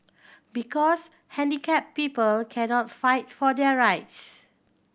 because handicapped people cannot fight for their rights